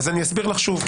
אני אסביר לך שוב.